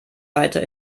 weiter